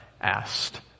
asked